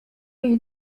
ich